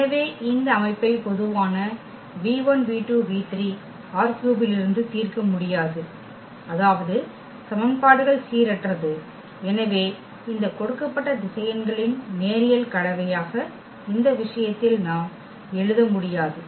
எனவே இந்த அமைப்பை பொதுவான ℝ3 இலிருந்து தீர்க்க முடியாது அதாவது சமன்பாடுகள் சீரற்றது எனவே இந்த கொடுக்கப்பட்ட திசையன்களின் நேரியல் கலவையாக இந்த விஷயத்தில் நாம் எழுத முடியாது